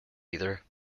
either